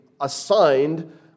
assigned